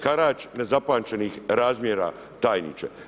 Harač nezapamćenih razmjera, tajniče.